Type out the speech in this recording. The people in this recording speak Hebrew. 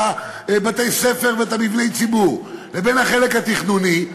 בתי-הספר ואת מבני הציבור לבין החלק התכנוני,